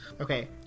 okay